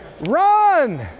Run